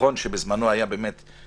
נכון שבזמנו הייתה